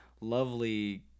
lovely